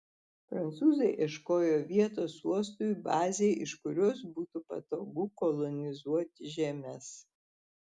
prancūzai ieškojo vietos uostui bazei iš kurios būtų patogu kolonizuoti žemes